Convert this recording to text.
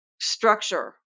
structure